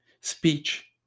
Speech